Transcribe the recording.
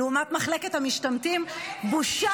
לעומת מחלקת המשתמטים -- היועצת שלי